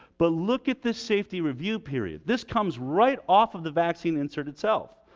but look at this safety review period. this comes right off of the vaccine insert itself.